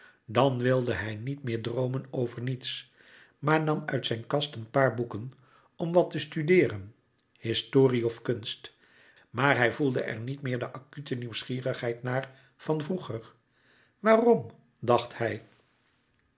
dan wilde hij niet meer droomen over niets maar nam uit zijn kast een paar boeken om wat te studeeren historie of kunst maar hij voelde er niet meer de acute nieuwsgierigheid naar van vroeger waarom dacht hij